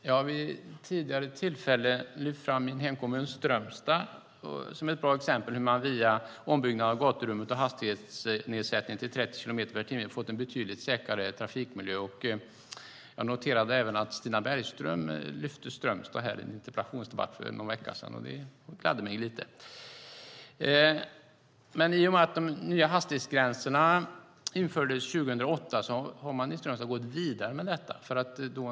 Jag har vid ett tidigare tillfälle lyft fram min hemkommun Strömstad som ett bra exempel på hur man via ombyggnad av gaturummet och hastighetsnedsättning till 30 kilometer i timmen har fått en betydligt säkrare trafikmiljö. Jag noterade även att Stina Bergström lyfte fram Strömstad i en interpellationsdebatt för någon vecka sedan, och det gladde mig lite. Men i och med att de nya hastighetsgränserna infördes 2008 har man i Strömstad gått vidare med detta.